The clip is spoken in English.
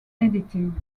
editing